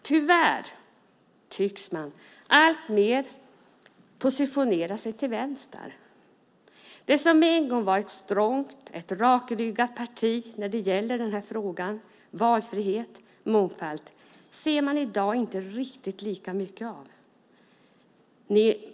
Tyvärr tycks man alltmer positionera sig till vänster. Det som en gång var ett strongt och rakryggat parti när det gäller frågan om valfrihet och mångfald ser man i dag inte riktigt lika mycket av.